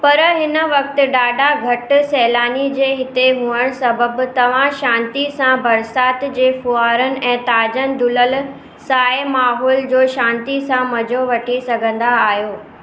पर हिन वक़्ति ॾाढा घटि सैलानी जे हिते हुअणु सबबि तव्हां शांति सां बरसाति जे फूहारनि ऐं ताज़नि धुलियलु साए माहौल जो शांती सां मज़ो वठी सघंदा आहियो